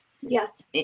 Yes